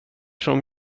som